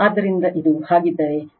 ಆದ್ದರಿಂದ ಇದು ಹಾಗಿದ್ದರೆ Van Vbn Vcn 0